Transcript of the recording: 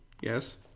Yes